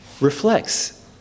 reflects